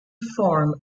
form